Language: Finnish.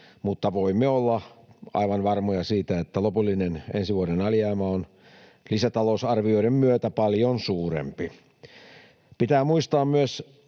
mutta voimme olla aivan varmoja siitä, että lopullinen ensi vuoden alijäämä on lisätalousarvioiden myötä paljon suurempi. Pitää muistaa myös